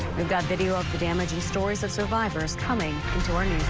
we've got video of the damage and stories of survivors coming.